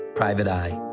private eye.